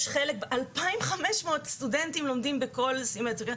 2,500 סטודנטים לומדים בכל סמסטר.